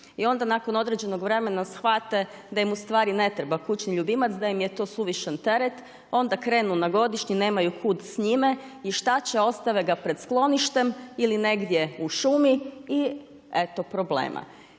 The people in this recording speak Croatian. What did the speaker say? i onda nakon određenog vremena shvate da im ustvari ne treba kućni ljubimac, da im je to suvišan teret, onda krenu na godišnji, nemaju kud s njime i šta će ostve ga pred skloništem ili negdje u šumi i eto problema.